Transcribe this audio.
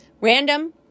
random